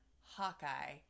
Hawkeye